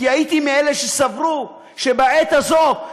כי הייתי מאלה שסברו שבעת הזאת,